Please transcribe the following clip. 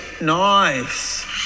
nice